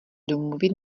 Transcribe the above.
domluvit